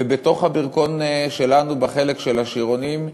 ובתוך הברכון שלנו, בחלק של השירונים,